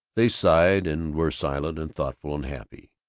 they sighed, and were silent and thoughtful and happy.